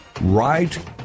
Right